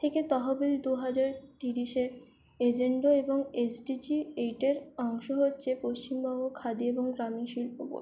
থেকে অহবিল দু হাজার তিরিশের এজেন্ডা এবং এসডিজি এইটার অংশ হচ্ছে পশ্চিমবঙ্গ খাদি এবং গ্রামীণ শিল্প